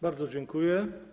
Bardzo dziękuję.